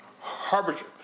Harbinger